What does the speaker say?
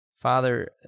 Father